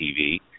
TV